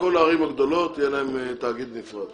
כל הערים הגדולות יהיה להן תאגיד נפרד.